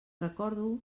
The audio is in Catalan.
recordo